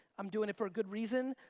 i'm doing it for a good reason,